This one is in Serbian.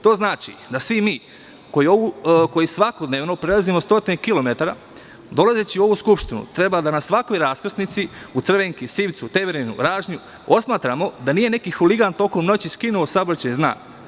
To znači da svi mi koji svakodnevno prelazimo stotine kilometara dolazeći u ovu Skupštinu treba da na svakoj raskrsnici u Crvenki, Temerinu, osmatramo da nije neki huligan u toku noći skinuo saobraćajni znak.